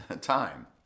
time